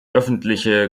öffentliche